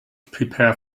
prepare